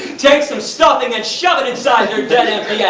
take some stuffing and shove it inside their dead empty yeah